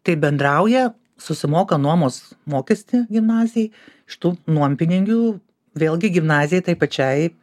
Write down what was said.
taip bendrauja susimoka nuomos mokestį gimnazijai iš tų nuompinigių vėlgi gimnazijai tai pačiai